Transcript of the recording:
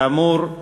כאמור,